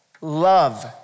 Love